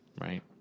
right